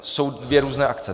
Jsou dvě různé akce.